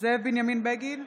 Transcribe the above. זאב בנימין בגין,